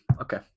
okay